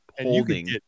holding